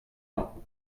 ans